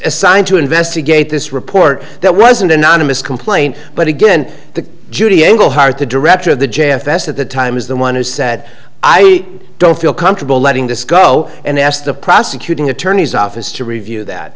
assigned to investigate this report that wasn't anonymous complaint but again the judy angle hard to director of the j f s at the time is the one who said i don't feel comfortable letting this go and asked the prosecuting attorney's office to review that